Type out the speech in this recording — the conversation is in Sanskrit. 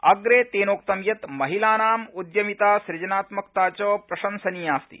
अप्रे तेनोक्तं यत् महिलानां उद्यमिता सृजनात्मकता च प्रशंसनीयास्ति